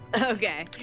Okay